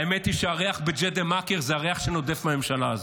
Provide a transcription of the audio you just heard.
האמת היא שהריח בג'דיידה-מכר הוא הריח שנודף מהממשלה הזו.